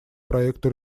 проекту